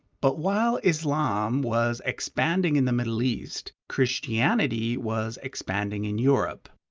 but while islam was expanding in the middle east, christianity was expanding in europe.